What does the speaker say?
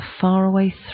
faraway